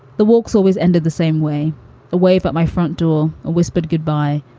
the walks always ended the same way away, but my front door whispered goodbye.